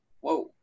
whoa